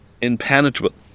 impenetrable